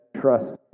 trust